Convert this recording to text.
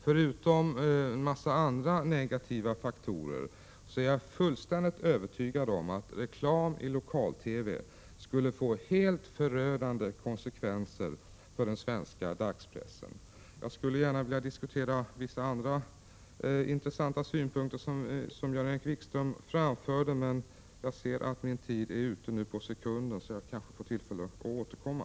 Förutom en massa andra negativa faktorer är jag fullständigt övertygad om att reklam i lokal-TV skulle få helt förödande konsekvenser för den svenska dagspressen. Jag skulle gärna vilja diskutera en del andra intressanta synpunkter som Jan-Erik Wikström framförde, men jag ser att min taletid nu är ute, på sekunden. Jag kanske får tillfälle att återkomma.